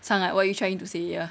sangat what you trying to say ya